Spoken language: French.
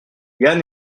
yann